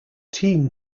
team